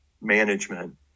management